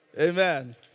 Amen